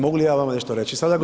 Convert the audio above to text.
Mogu li ja vama nešto reći sada g.